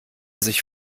sich